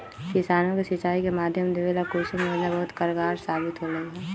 किसानों के सिंचाई के माध्यम देवे ला कुसुम योजना बहुत कारगार साबित होले है